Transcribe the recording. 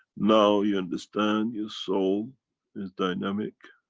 now you understand your soul is dynamic